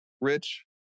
rich